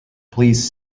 please